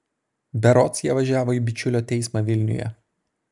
berods jie važiavo į bičiulio teismą vilniuje